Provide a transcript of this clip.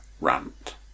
rant